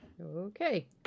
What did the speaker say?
Okay